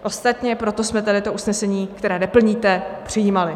Ostatně proto jsme tady to usnesení, které neplníte, přijímali.